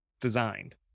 designed